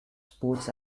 sports